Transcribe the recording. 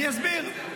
אני אסביר.